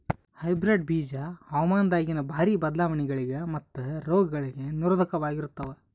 hybrid ಬೀಜ ಹವಾಮಾನದಾಗಿನ ಭಾರಿ ಬದಲಾವಣೆಗಳಿಗ ಮತ್ತು ರೋಗಗಳಿಗ ನಿರೋಧಕವಾಗಿರುತ್ತವ